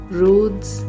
roads